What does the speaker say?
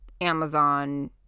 Amazon